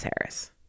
Harris